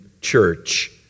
church